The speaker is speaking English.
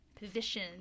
position